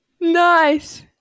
Nice